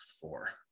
four